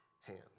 hand